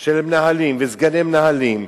של מנהלים וסגני מנהלים,